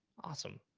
awesome.